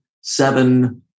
seven